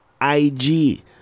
IG